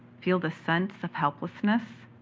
feel the sense of helplessness?